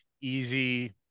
easy